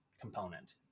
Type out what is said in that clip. component